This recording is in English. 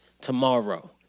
tomorrow